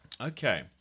Okay